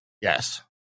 yes